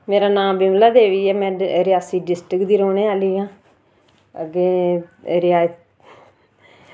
मेरा नांऽ विमला देवी ऐ में रियासी डिस्ट्रिक्ट दी रौह्ने आह्लीं ऐं अग्गें रिआई